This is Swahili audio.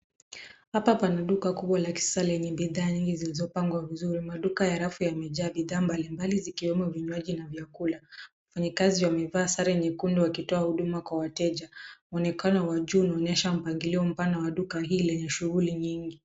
Hapa pana duka kubwa la kisasa lenye bidhaa nyingi zilizopangwa vizuri. Maduka ya rafu yamejaa bidhaa mbalimbali zikiwemo vinywaji na vyakula. Wafanyikazi wamevaa sare nyekundu wakitoa huduma kwa wateja. Muonekano wa juu unaonyesha mpangilio mpana wa duka hili lenye shughuli nyingi.